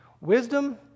wisdom